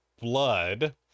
Blood